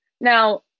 Now